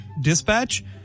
dispatch